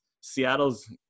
Seattle's